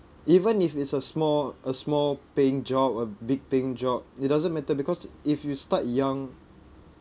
even if it's a small a small paying job or big paying job it doesn't matter because if you start young